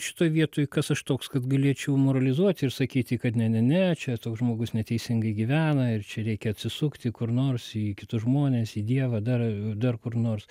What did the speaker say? šitoj vietoj kas aš toks kad galėčiau moralizuoti ir sakyti kad ne ne ne čia toks žmogus neteisingai gyvena ir čia reikia atsisukti kur nors į kitus žmones į dievą dar dar kur nors